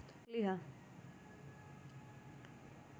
हम पर परागण के कैसे रोक सकली ह?